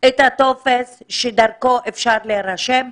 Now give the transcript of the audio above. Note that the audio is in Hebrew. את הטופס שדרכו אפשר להירשם.